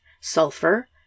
sulfur